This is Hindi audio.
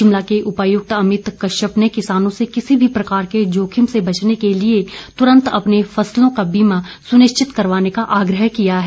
शिमला के उपायुक्त अमित कश्यप ने किसानों से किसी भी प्रकार के जोखिम से बचने के लिए तूरंत अपनी फसलों का बीमा सुनिश्चित करवाने का आग्रह किया है